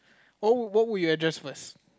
oh what would you address first